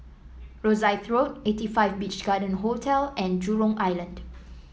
Rosyth Road eighty five Beach Garden Hotel and Jurong Island